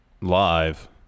Live